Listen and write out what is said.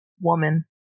woman